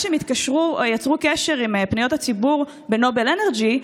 כשהם יצרו קשר עם פניות הציבור בנובל אנרג'י,